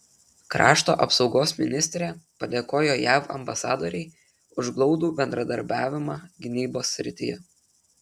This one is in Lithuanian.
krašto apsaugos ministrė padėkojo jav ambasadorei už glaudų bendradarbiavimą gynybos srityje